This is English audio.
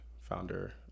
founder